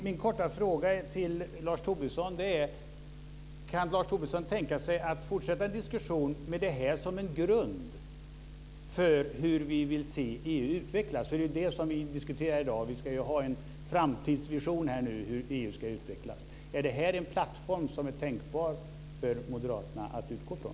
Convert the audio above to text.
Min korta fråga till Lars Tobisson är: Kan Lars Tobisson tänka sig att fortsätta en diskussion med det här som en grund för hur vi vill se EU utvecklas? Det är det som vi diskuterar i dag. Vi ska ju ha en framtidsvision här om hur EU ska utvecklas. Är det här en plattform som är tänkbar för moderaterna att utgå från?